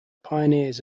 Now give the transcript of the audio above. pioneers